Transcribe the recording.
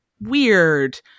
weird